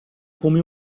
come